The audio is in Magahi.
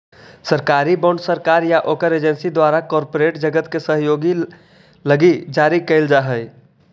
सरकारी बॉन्ड सरकार या ओकर एजेंसी द्वारा कॉरपोरेट जगत के सहयोग लगी जारी कैल जा हई